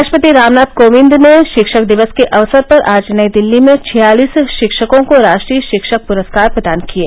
राष्ट्रपति रामनाथ कोविंद ने शिक्षक दिवस के अवसर पर आज नई दिल्ली में छियालिस शिक्षकों को राष्ट्रीय शिक्षक पुरस्कार प्रदान किये